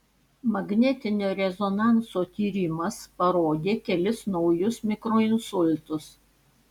magnetinio rezonanso tyrimas parodė kelis naujus mikroinsultus